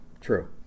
True